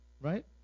right